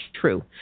true